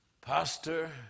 Pastor